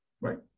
right